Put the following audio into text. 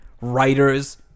writers